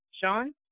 Sean